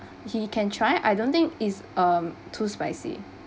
he can try I don't think it's um too spicy